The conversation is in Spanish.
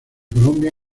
colombia